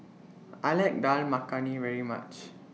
I like Dal Makhani very much